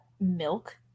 milk